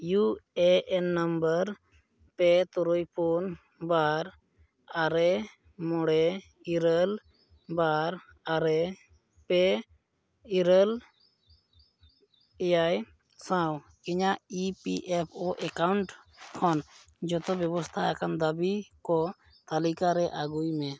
U A N number ᱯᱮ ᱛᱩᱨᱩᱭ ᱯᱩᱱ ᱵᱟᱨ ᱟᱨᱮ ᱢᱚᱬᱮ ᱤᱨᱟᱹᱞ ᱵᱟᱨ ᱟᱨᱮ ᱯᱮ ᱤᱨᱟᱹᱞ ᱮᱭᱟᱭ ᱥᱟᱶ ᱤᱧᱟᱹᱜ E P F O account ᱠᱷᱚᱱ ᱡᱷᱚᱛᱚ ᱵᱮᱵᱚᱥᱛᱷᱟ ᱟᱠᱟᱱ ᱫᱟᱹᱵᱤᱠᱚ ᱛᱟᱞᱤᱠᱟᱨᱮ ᱟᱹᱜᱩᱭᱢᱮ